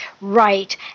Right